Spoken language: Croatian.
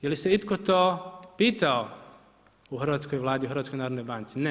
Je li se itko to pitao u hrvatskoj Vladi, u HNB-u?